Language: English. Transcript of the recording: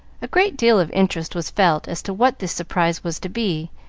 a great deal of interest was felt as to what this surprise was to be,